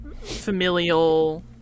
Familial